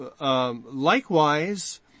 Likewise